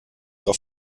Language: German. auf